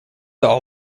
all